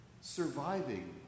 Surviving